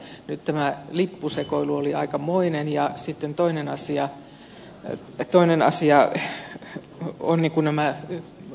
nyt tämä lippusekoilu oli aikamoinen ja sitten toinen asia ovat nämä asemien kuulutukset